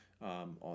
On